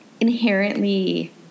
inherently